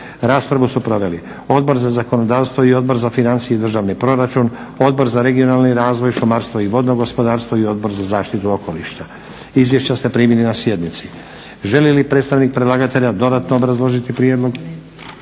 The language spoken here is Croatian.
Raspravu su proveli Odbor za zakonodavstvo i Odbor za financije i državni proračun, Odbor za regionalni razvoj, šumarstvo i vodno gospodarstvo i Odbor za zaštitu okoliša. Izvješća ste primili na sjednici. Želi li predstavnik predlagatelja dodatno obrazložiti prijedlog?